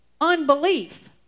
unbelief